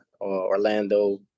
Orlando